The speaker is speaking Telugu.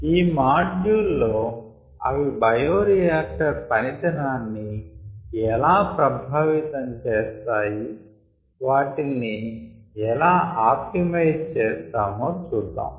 ఈ మాడ్యూల్ లో అవి బయోరియాక్టర్ పనితనాన్ని ఎలా ప్రభావితం చేస్తాయి వాటిల్ని ఎలా ఆప్టిమైజ్ చేస్తామో చూద్దాం